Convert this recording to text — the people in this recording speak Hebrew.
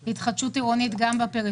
גם לנושא ההתחדשות העירונית בפריפריה.